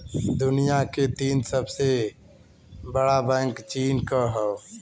दुनिया के तीन सबसे बड़ा बैंक चीन क हौ